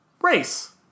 race